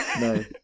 No